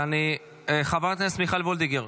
חברת הכנסת מיכל וולדיגר,